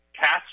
cast